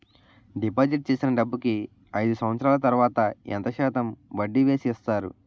Deposit చేసిన డబ్బుకి అయిదు సంవత్సరాల తర్వాత ఎంత శాతం వడ్డీ వేసి ఇస్తారు?